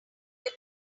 beer